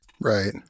right